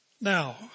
Now